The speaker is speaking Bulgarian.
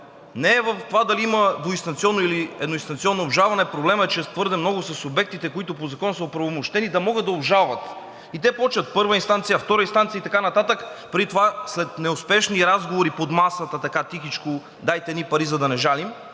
не е в това дали има двуинстанционно, или едноинстанционно обжалване. Проблемът е, че твърде много са субектите, които по закон са оправомощени да могат да обжалват. И те почват – първа инстанция, втора инстанция и така нататък, преди това след неуспешни разговори под масата, така тихичко: „Дайте едни пари, за да не жалим“